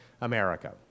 America